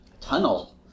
Tunnel